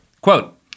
Quote